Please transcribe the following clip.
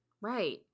Right